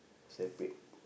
separate